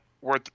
worth